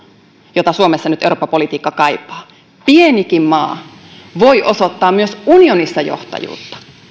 jota suomessa nyt eurooppa politiikka kaipaa pienikin maa voi osoittaa myös unionissa johtajuutta